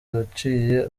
waciye